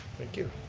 thank you.